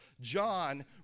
John